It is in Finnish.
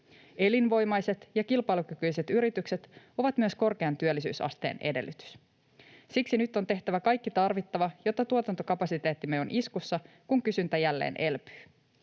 Elinvoimaiset ja kilpailukykyiset yritykset ovat myös korkean työllisyysasteen edellytys. Siksi nyt on tehtävä kaikki tarvittava, jotta tuotantokapasiteettimme on iskussa, kun kysyntä jälleen elpyy.